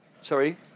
Sorry